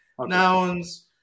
nouns